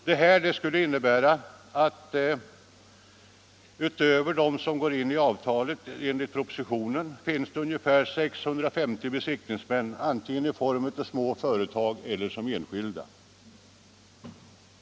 Detta skulle innebära att det utöver dem som enligt propositionen går in i avtalet finns ungefär 650 besiktningsmän som arbetar antingen i småföretag eller som enskilda.